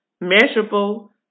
measurable